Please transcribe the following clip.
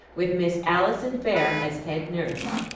with miss alison fair as head nurse.